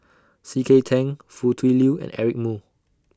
C K Tang Foo Tui Liew and Eric Moo